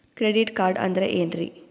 Credit card ಅಂದ್ರ ಏನ್ರೀ?